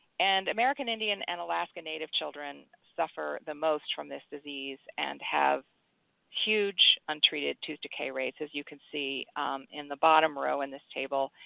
and american indian and alaska native children suffer the most from this disease and have huge untreated tooth decay rates as you can see in the bottom row in this table.